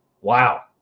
Wow